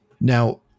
Now